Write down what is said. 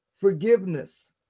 forgiveness